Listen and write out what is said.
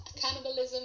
cannibalism